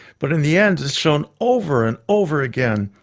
but in the end, as shown over and over again,